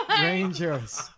Rangers